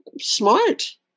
smart